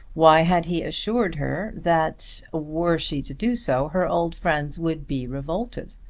why had he assured her that were she to do so her old friends would be revolted?